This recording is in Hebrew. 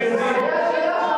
אפליה.